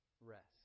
rest